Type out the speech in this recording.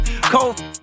Cold